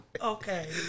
Okay